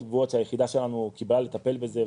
גבוהות שהיחידה שלנו קיבלה לטפל בזה,